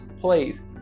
please